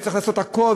וצריך לעשות הכול,